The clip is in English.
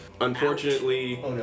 Unfortunately